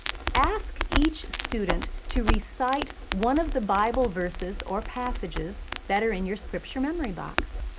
ask each student to recite one of the bible verses or passages that are in your scripture memory box.